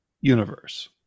universe